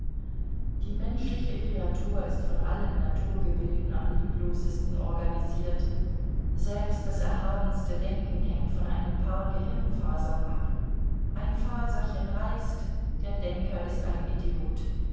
die menschliche kreatur ist von allen naturgebilden am lieblosesten organisiert selbst das erhabenste denken hängt von einem paar gehirnfasern ab ein faserchen reißt der denker ist ein idiot